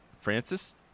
Francis